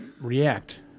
react